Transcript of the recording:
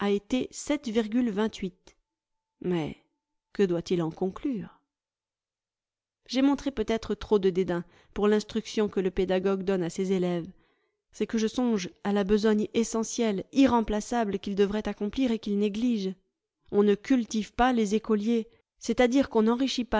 a été mais que doit-il en conclure j'ai montré peut-être trop de dédain pour l'instruction que le pédagogue donne à ses élèves c'est que je songe à la besogne essentielle irremplaçable qu'il devrait accomplir et qu'il néglige on ne cultive pas les écoliers c'est-à-dire qu'on n'enrichit